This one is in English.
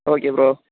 okay bro